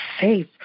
safe